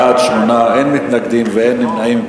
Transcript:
בעד, 8, אין מתנגדים ואין נמנעים.